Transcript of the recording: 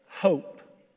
hope